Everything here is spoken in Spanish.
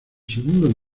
segundo